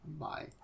Bye